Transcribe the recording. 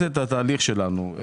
להציג את התהליך שלנו.